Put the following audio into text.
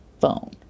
phone